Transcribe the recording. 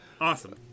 Awesome